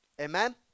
Amen